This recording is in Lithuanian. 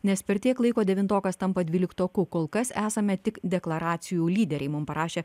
nes per tiek laiko devintokas tampa dvyliktoku kol kas esame tik deklaracijų lyderiai mums parašė